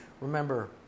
Remember